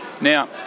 Now